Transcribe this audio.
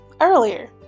earlier